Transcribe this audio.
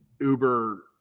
uber